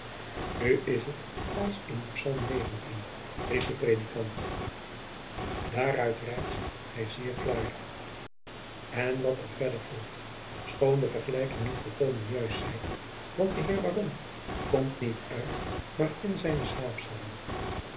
nu is het als in psalm negentien riep de predikant daar uyt reyst hy seer claer en wat er verder volgt schoon de vergelijking niet volkomen juist zij want de heer baron komt niet uit maar in zijne